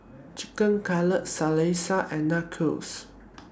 Chicken Cutlet Salsa and Nachos